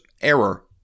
error